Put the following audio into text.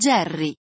Jerry